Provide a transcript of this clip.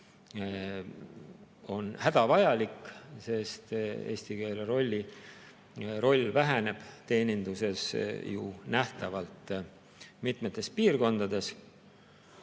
on hädavajalik. Eesti keele roll väheneb teeninduses ju nähtavalt mitmetes piirkondades.